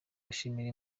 gushimira